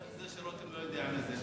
איך זה שרותם לא יודע מזה?